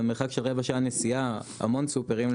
במרחק של רבע שעה נסיעה המון סופרים,